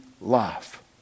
life